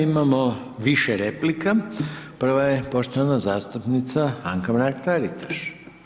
Imamo više replika, prva je poštovana zastupnica Anka Mrak Taritaš.